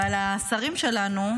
אבל השרים שלנו,